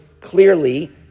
clearly